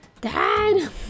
Dad